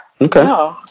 Okay